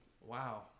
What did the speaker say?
wow